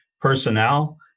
personnel